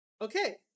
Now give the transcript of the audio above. Okay